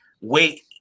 wait